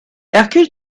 hercule